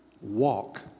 walk